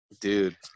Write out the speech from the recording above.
Dude